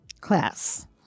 class